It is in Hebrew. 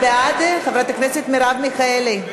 חברת הכנסת מרב מיכאלי, הצבעת בעד?